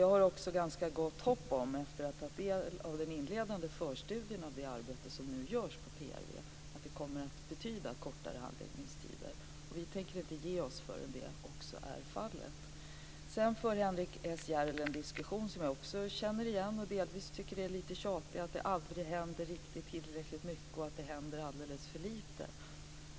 Jag har efter att ha tagit del av den inledande förstudien till det arbete som nu görs på PRV ganska gott hopp om att det kommer att betyda kortare handläggningstider. Vi kommer inte att ge oss förrän så också blir fallet. Henrik S Järrel för en diskussion som jag känner igen och delvis tycker är lite tjatig, nämligen att det inte händer tillräckligt mycket utan alldeles för lite.